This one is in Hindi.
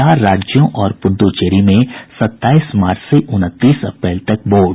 चार राज्यों और पुडुचेरी में सत्ताईस मार्च से उनतीस अप्रैल तक वोट